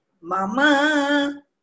Mama